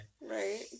Right